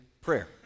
prayer